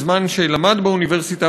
בזמן שלמד באוניברסיטה,